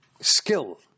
skill